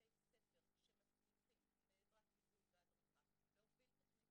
בתי ספר שמצליחים בעזרת ליווי והדרכה להוביל תוכנית